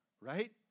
right